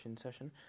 session